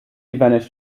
vanished